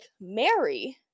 Mary